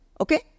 Okay